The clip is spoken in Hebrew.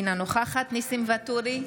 אינה נוכחת ניסים ואטורי,